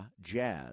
Jazz